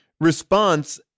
response